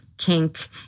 kink